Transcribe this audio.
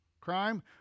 crime